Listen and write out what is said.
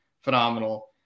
phenomenal